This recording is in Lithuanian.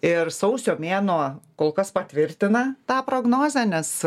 ir sausio mėnuo kol kas patvirtina tą prognozę nes